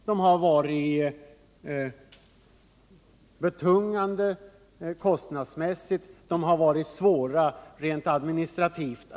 De har varit betungande kostnadsmässigt och svåra att genomföra rent administrativt.